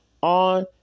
On